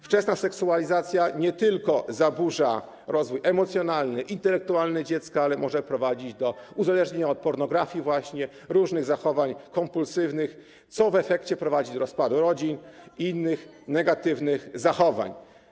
Wczesna seksualizacja nie tylko zaburza rozwój emocjonalny, intelektualny dziecka, ale może też prowadzić do uzależnienia od pornografii, różnych zachowań kompulsywnych, co w efekcie prowadzi do rozpadu rodzin i innych negatywnych zachowań.